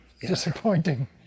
Disappointing